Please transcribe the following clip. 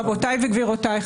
רבותיי וגבירותיי,